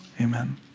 amen